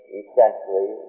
essentially